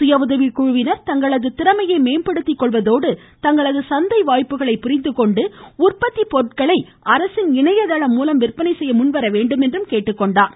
சுய உதவிக்குழுவினா் தங்களது திறமையை மேம்படுத்திக் கொள்வதோடு தங்களது ச ந்தை வாய்ப்புகளை புரிந்துகொண்டு தங்களின் உற்பத்தி பொருட்களை அரசின் இணையதளம் மூலம் விற்பனை செய்ய முன்வரவேண்டும் என கூறினார்